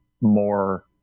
more